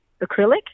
acrylic